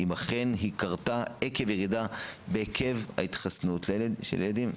האם ההתפרצות קרתה עקב הירידה בהיקף ההתחסנות של הילדים.